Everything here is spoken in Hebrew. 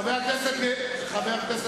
חבר הכנסת גילאון.